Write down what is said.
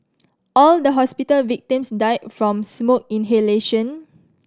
all the hospital victims died from smoke inhalation